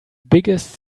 biggest